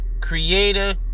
Creator